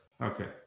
okay